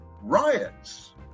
riots